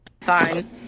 Fine